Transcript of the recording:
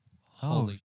Holy